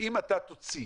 אם אתה תוציא,